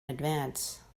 advance